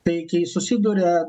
tai kai susiduria